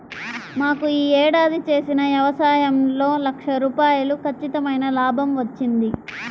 మాకు యీ ఏడాది చేసిన యవసాయంలో లక్ష రూపాయలు ఖచ్చితమైన లాభం వచ్చింది